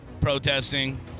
protesting